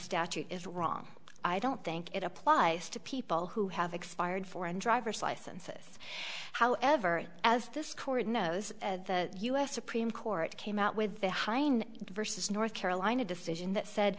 statute is wrong i don't think it applies to people who have expired for an driver's licenses however as this court knows the u s supreme court came out with the hind versus north carolina decision that said